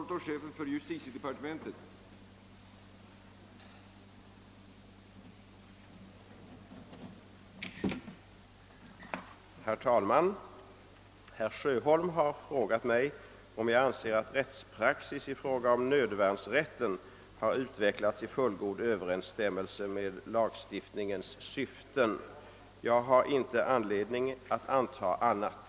Herr talman! Herr Sjöholm har frå gat mig om jag anser att rättspraxis i fråga om nödvärnsrätten har utvecklats i fullgod överensstämmelse med lagstiftningens syften. Jag har inte anledning att antaga annat.